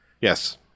Yes